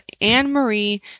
Anne-Marie